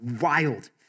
wild